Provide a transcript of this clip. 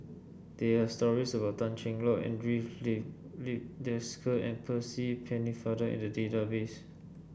there are stories about Tan Cheng Lock Andre Desker and Percy Pennefather in the database